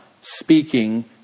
speaking